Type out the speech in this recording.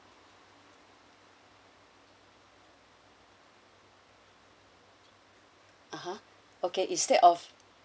(uh huh) okay instead of